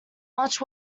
much